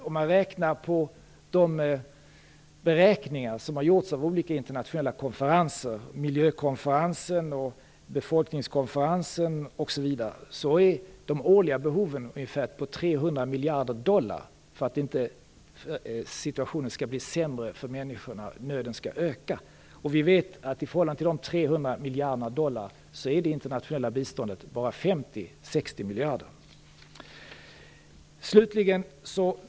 Om man tittar på de beräkningar som gjorts av olika internationella konferenser - miljökonferensen, befolkningskonferensen osv. - är de årliga behoven ungefär 300 miljarder dollar för att situationen inte skall bli sämre för människorna och för att nöden inte skall öka. Dessa 300 miljarder dollar kan jämföras med det internationella biståndet som uppgår till endast 50-60 miljarder dollar.